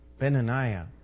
Benaniah